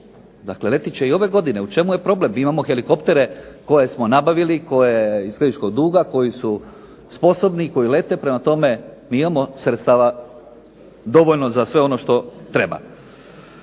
dakle letjet će i ove godine, u čemu je problem? Mi imamo helikoptere koje smo nabavili iz …/Govornik se ne razumije./… duga koji su sposobni, koji lete. Prema tome, mi imamo sredstava dovoljno za sve ono što treba.